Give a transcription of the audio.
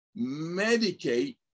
medicate